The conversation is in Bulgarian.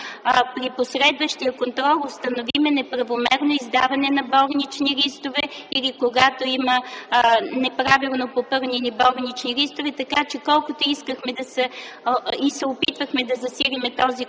при последващия контрол установим неправомерно издаване на болнични листове, или когато има неправилно попълнени болнични листове. Колкото и да се опитвахме да засилим този контрол,